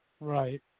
Right